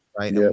Right